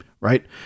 right